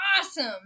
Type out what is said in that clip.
awesome